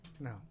no